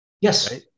Yes